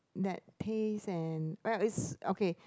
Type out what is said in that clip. that tastes and right it's okay